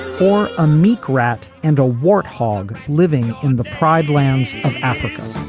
for a meek rat and a warthog living in the pride lands of africa